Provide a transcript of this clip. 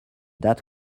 that